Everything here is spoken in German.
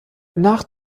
nach